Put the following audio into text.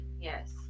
Yes